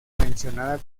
mencionada